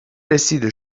رسید